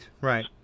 Right